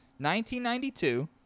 1992